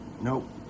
nope